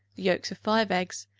yolks of five eggs,